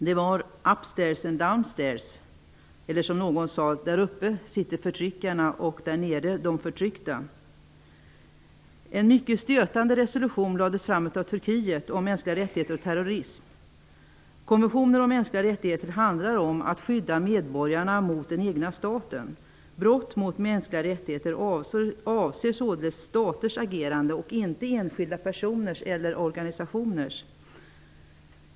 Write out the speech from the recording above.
Det var upstair and downstair eller, som någon sade: Där uppe sitter förtryckarna och där nere de förtryckta. En mycket stötande resolution lades fram av Konventionen om mänskliga rättigheter handlar om att skydda medborgarna mot den egna staten. Brott mot mänskliga rättigheter avser således staters agerande och inte enskilda personers eller organisationers.